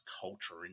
culture